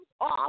off